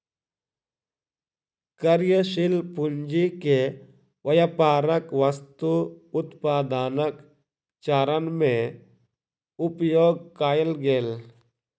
कार्यशील पूंजी के व्यापारक वस्तु उत्पादनक चरण में उपयोग कएल गेल